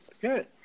good